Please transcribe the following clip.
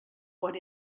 what